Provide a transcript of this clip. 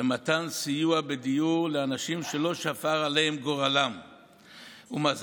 על מתן סיוע בדיור לאנשים שלא שפר עליהם גורלם ומזלם,